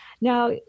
now